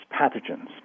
pathogens